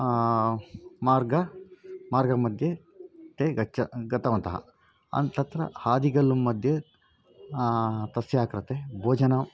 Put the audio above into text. मार्गे मार्गमध्ये ते गच्छति गतवन्तः अहन् तत्र हादिगल्लु मध्ये तस्याः कृते भोजनं